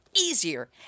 easier